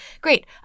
great